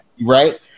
right